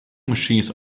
machines